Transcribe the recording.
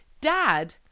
dad